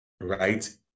right